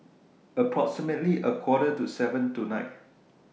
approximately A Quarter to seven tonight